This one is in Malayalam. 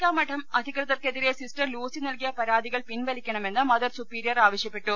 കാരക്കാമഠം അധികൃതർക്കെതിരെ സിസ്റ്റർ ലൂസി നൽകിയ പരാ തികൾ പിൻവലിക്കണമെന്ന് മദർ സുപ്പീരിയർ ആവശ്യപ്പെട്ടു